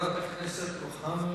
חברת הכנסת רוחמה